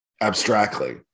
abstractly